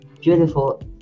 beautiful